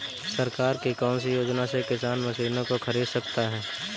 सरकार की कौन सी योजना से किसान मशीनों को खरीद सकता है?